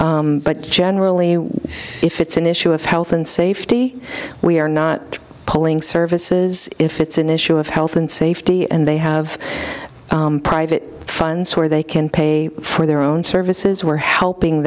services but generally if it's an issue of health and safety we are not pulling services if it's an issue of health and safety and they have private funds where they can pay for their own services were helping